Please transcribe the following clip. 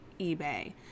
eBay